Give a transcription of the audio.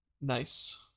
Nice